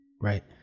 Right